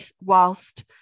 whilst